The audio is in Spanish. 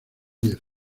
díez